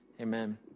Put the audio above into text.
amen